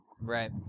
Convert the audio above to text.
Right